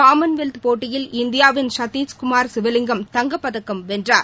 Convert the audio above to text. Commonwealth போட்டியில் இந்தியாவின் சத்தீஷ்குமார் சிவலிங்கம் தங்கப்பதக்கம் வென்றார்